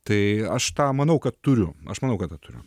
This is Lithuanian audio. tai aš tą manau kad turiu aš manau kad tą turiu